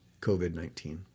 COVID-19